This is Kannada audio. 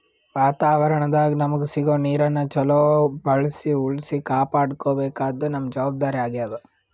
ವಾತಾವರಣದಾಗ್ ನಮಗ್ ಸಿಗೋ ನೀರನ್ನ ಚೊಲೋ ಬಳ್ಸಿ ಉಳ್ಸಿ ಕಾಪಾಡ್ಕೋಬೇಕಾದ್ದು ನಮ್ಮ್ ಜವಾಬ್ದಾರಿ ಆಗ್ಯಾದ್